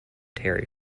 terry